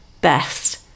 best